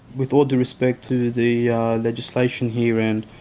with all due respect to the legislation here, and